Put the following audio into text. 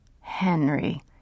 Henry